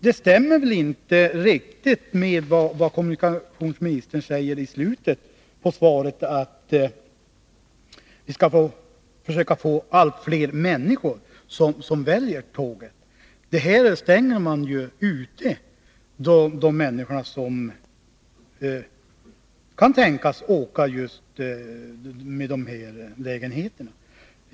Detta stämmer inte heller med vad kommunikationsministern säger i slutet av svaret, nämligen att vi skall försöka få fler människor att välja tåget. Med denna tabelländring stänger man ju ute dem som kan tänkas åka just med de här lägenheterna.